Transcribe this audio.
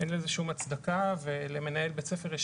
אין לזה כל הצדקה ולמנהל בית ספר יש